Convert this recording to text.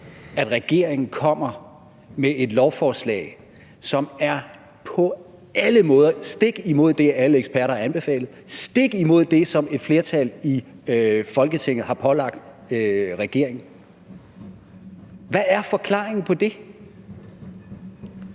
at regeringen kommer med et lovforslag, som på alle måder går stik imod det, alle eksperter har anbefalet, og stik imod det, som et flertal i Folketinget har pålagt regeringen? Hvad er forklaringen på det?